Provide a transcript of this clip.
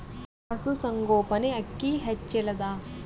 ಪಶುಸಂಗೋಪನೆ ಅಕ್ಕಿ ಹೆಚ್ಚೆಲದಾ?